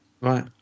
right